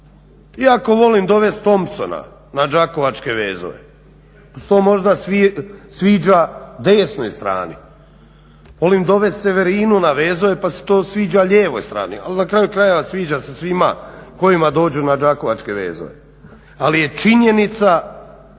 iako volim dovest Thomsona na Đakovačke vezove. Ako se to možda sviđa desnoj strani. Volim dovest Severinu na vezove pa se to sviđa lijevoj strani. Ali na kraju krajeva sviđa se svima koji dođu na Đakovačke vezove. Ali je činjenica